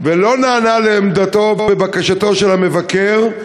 ולא נענה לעמדתו ולבקשתו של המבקר,